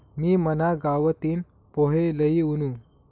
मी मना गावतीन पोहे लई वुनू